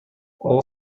all